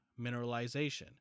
mineralization